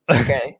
Okay